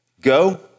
go